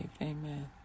Amen